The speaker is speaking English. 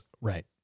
Right